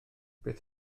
beth